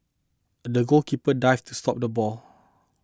the goalkeeper dived to stop the ball